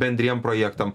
bendriem projektam